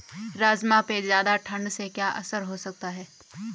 राजमा पे ज़्यादा ठण्ड से क्या असर हो सकता है?